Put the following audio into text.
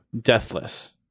deathless